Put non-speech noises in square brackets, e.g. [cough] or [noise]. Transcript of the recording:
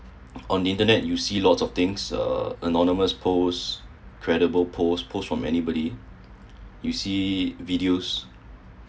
on the internet you see lots of things uh anonymous post credible post from anybody [breath] you see videos